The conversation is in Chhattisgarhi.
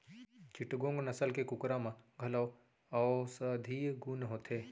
चिटगोंग नसल के कुकरा म घलौ औसधीय गुन होथे